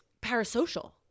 parasocial